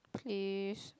please